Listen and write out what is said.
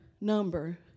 number